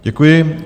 Děkuji.